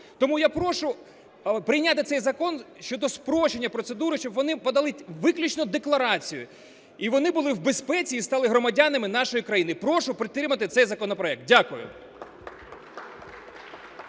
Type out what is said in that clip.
Тому я прошу прийняти цей закон щодо спрощення процедури, щоб вони подали виключно декларацію, і вони були в безпеці, і стали громадянами нашої країни. Прошу підтримати цей законопроект. Дякую.